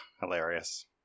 hilarious